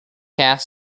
ass